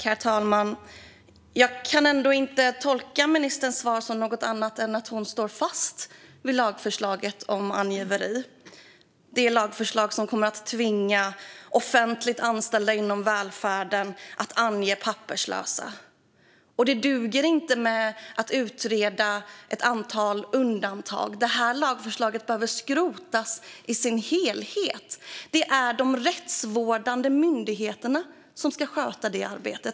Herr talman! Jag kan inte tolka ministerns svar som något annat än att hon står fast vid lagförslaget som kommer att tvinga offentliganställda inom välfärden att ange papperslösa. Det duger inte att utreda ett antal undantag; detta lagförslag behöver skrotas i sin helhet! Det är de rättsvårdande myndigheterna som ska sköta detta.